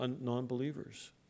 non-believers